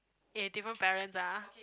eh different parents ah